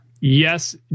yes